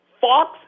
Fox